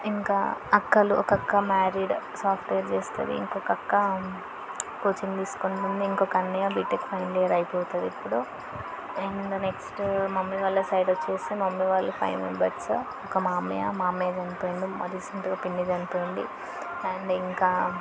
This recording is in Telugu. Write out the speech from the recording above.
ఇంకా అక్కలు ఒక అక్క మ్యారీడ్ సాఫ్ట్వేర్ చేస్తుంది ఇంకొక అక్క కోచింగ్ తీసుకుంటుంది ఇంకొక అన్నయ్య బీటెక్ ఫైనల్ ఇయర్ అయిపోతుంది ఇప్పుడు అండ్ నెక్స్ట్ మమ్మీ వాళ్ళ సైడ్ వచ్చి మమ్మీ వాళ్ళు ఫైవ్ మెంబర్స్ ఒక మామయ్య మామయ్య చనిపోయిండు మా రీసెంట్గా పిన్ని చనిపోయింది అండ్ ఇంకా